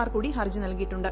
മാർ കൂടി ഹർജി നൽകിയിട്ടുണ്ട്